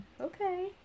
Okay